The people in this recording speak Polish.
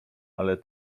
ale